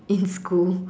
in school